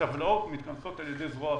הטבלאות מתכנסות על ידי זרוע עבודה.